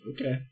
Okay